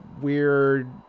weird